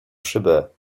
szybę